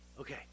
Okay